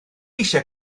eisiau